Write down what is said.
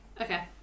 Okay